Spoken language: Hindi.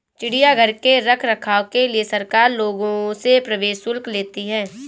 चिड़ियाघर के रख रखाव के लिए सरकार लोगों से प्रवेश शुल्क लेती है